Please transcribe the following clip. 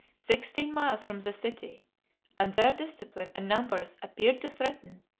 sixteen miles from the city and their discipline and numbers appeared to threaten,